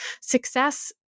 success